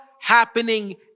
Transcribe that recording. happening